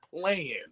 playing